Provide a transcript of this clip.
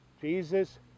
Jesus